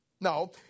No